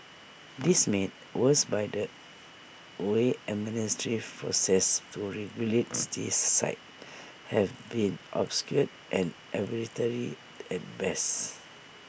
this made worse by the way administrative processes to regulates these sites have been obscure and arbitrary at best